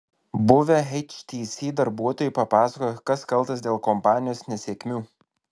buvę htc darbuotojai papasakojo kas kaltas dėl kompanijos nesėkmių